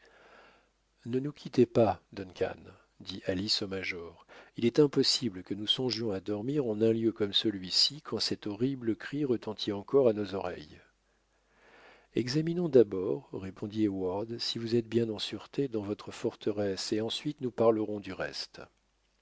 ne nous quittez pas duncan dit alice au major il est impossible que nous songions à dormir en un lieu comme celuici quand cet horrible cri retentit encore à nos oreilles examinons d'abord répondit heyward si vous êtes bien en sûreté dans votre forteresse et ensuite nous parlerons du reste